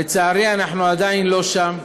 לצערי אנחנו עדיין לא שם,